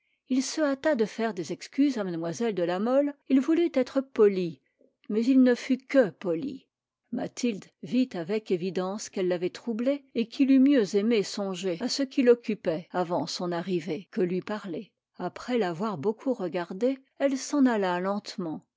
il se hâta de faire des excuses à mlle de la mole il voulut être poli mais il ne fut que poli mathilde vit avec évidence qu'elle l'avait troublé et qu'il eût mieux aimé songer à ce qui l'occupait avant son arrivée que lui parler après l'avoir beaucoup regardé elle s'en alla lentement